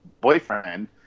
boyfriend